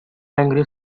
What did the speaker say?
angry